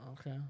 Okay